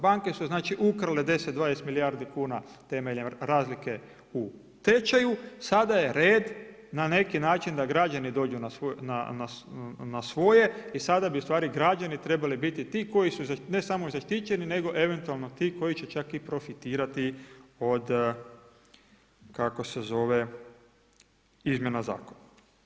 Banke su znači ukrale 10, 20 milijardi kuna temeljem razlike u tečaju, sada je red na neki način da građani dođu na svoje i sada bi u stvari građani trebali biti ti, koji su, ne samo zaštićeni nego eventualno ti koji će čak i profitirati od izmjena zakona.